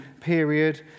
period